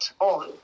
on